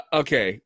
okay